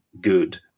good